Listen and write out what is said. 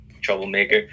troublemaker